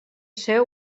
ser